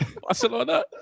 Barcelona